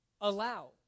Allow